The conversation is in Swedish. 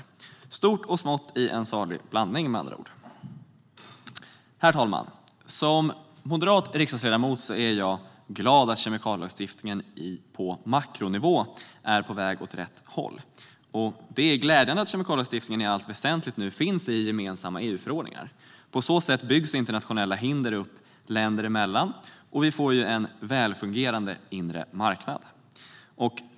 Det är stort och smått i en salig blandning, med andra ord. Herr talman! Som moderat riksdagsledamot är jag glad att kemikalielagstiftningen på makronivå är på väg åt rätt håll. Det är glädjande att kemikalielagstiftningen i allt väsentligt nu finns i gemensamma EU-förordningar. På så sätt byggs inte nationella hinder upp länder emellan, och vi får en välfungerande inre marknad.